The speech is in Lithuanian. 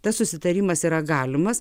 tas susitarimas yra galimas